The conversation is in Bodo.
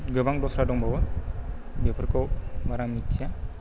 गोबां दस्रा दंबावो बेफोरखौ बारा मिथिया